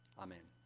amen.